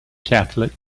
catholic